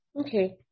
Okay